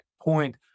point